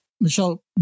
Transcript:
Michelle